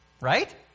Right